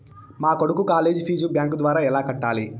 మా కొడుకు college fees bank ద్వారా ఎలా కట్టాలి?